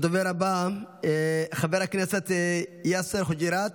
הדובר הבא, חבר הכנסת יאסר חוג'יראת,